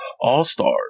All-Stars